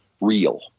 real